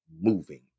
moving